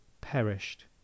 perished